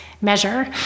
measure